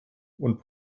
und